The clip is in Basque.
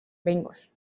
behingoz